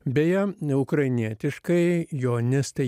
beje ukrainietiškai joninės tai